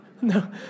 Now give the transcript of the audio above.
No